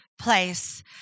place